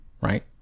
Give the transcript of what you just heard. right